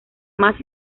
más